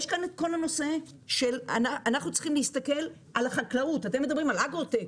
דיברו פה על אגרוטק,